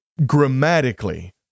Grammatically